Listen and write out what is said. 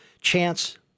Chance